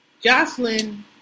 Jocelyn